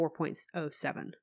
4.07